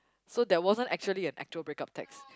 so there wasn't actually an actual break up text